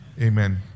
amen